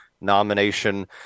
nomination